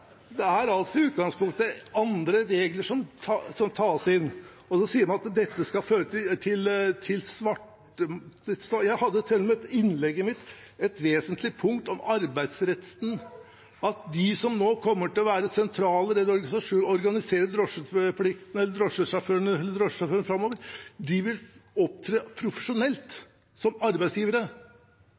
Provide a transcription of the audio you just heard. altså i utgangspunktet andre regler som tas inn. Så sier man at dette skal føre til at det blir svart. Jeg hadde til og med i innlegget mitt et vesentlig punkt om arbeidsretten, at de som nå kommer til å være sentrale i å organisere drosjesjåførene framover, vil opptre profesjonelt som arbeidsgivere.